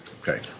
Okay